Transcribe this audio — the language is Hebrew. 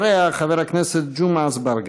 אחריה, חבר הכנסת ג'מעה אזברגה.